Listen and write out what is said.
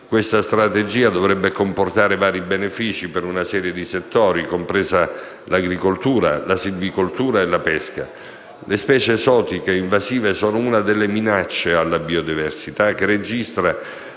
Questa strategia dovrebbe comportare vari benefici per una serie di settori, compresa l'agricoltura, la silvicoltura e la pesca. Le specie esotiche invasive sono una delle minacce alla biodiversità che registra